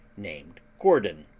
named gordon,